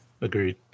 agreed